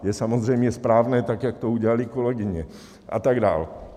Je samozřejmě správné, jak to udělaly kolegyně, a tak dál.